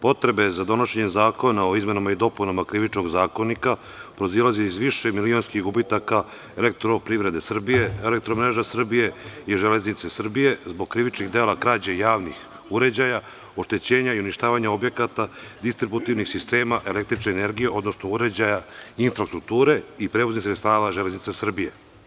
Potrebe za donošenje zakona o izmenama i dopunama Krivičnog zakonika proizilaze iz višemilionskih gubitaka EPS, „Elektromreža Srbije“ i „Železnica Srbije“, zbog krivičnih dela krađe javnih uređaja, oštećenja i uništavanja objekata, distributivih sistema električne energije, odnosno uređaja, infrastrukture i prevoznih sredstava „Železnica Srbije“